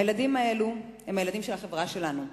הילדים האלו הם הילדים של החברה שלנו,